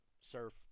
surf